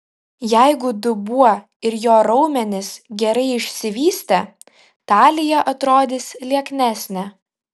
jeigu dubuo ir jo raumenys gerai išsivystę talija atrodys lieknesnė